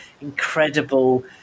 incredible